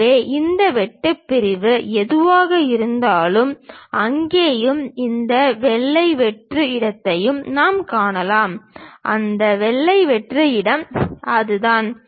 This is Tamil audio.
எனவே அந்த வெட்டுப் பிரிவு எதுவாக இருந்தாலும் அங்கேயும் இந்த வெள்ளை வெற்று இடத்தையும் நாம் காணலாம் அந்த வெள்ளை வெற்று இடம் அதுதான்